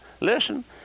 listen